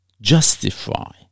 justify